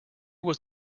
was